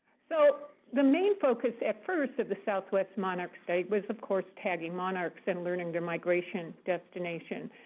so the main focus, at first, of the southwest monarch study was, of course, tagging monarchs and learning their migration destination.